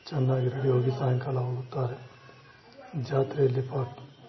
ಚೆನ್ನಾಗಿ ರೆಡಿಯಾಗಿ ಸಾಯಂಕಾಲ ಹೋಗುತ್ತಾರೆ ಜಾತ್ರೆಯಲ್ಲಿ ಪ